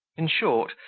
in short,